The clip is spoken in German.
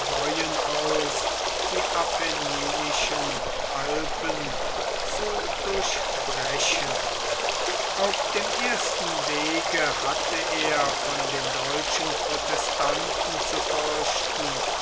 aus die apenninischen alpen zu durchbrechen auf dem ersten wege hatte er von den deutschen protestanten zu fürchten